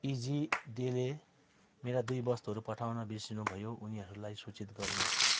easy डेले मेरा दुई वस्तुहरू पठाउन बिर्सिनुभयो उनीहरूलाई सूचित गर्नुहोस्